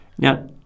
Now